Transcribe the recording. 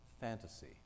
fantasy